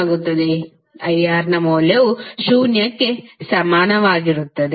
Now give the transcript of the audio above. I R ನ ಮೌಲ್ಯವು ಶೂನ್ಯಕ್ಕೆ ಸಮಾನವಾಗಿರುತ್ತದೆ